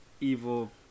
evil